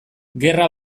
gerra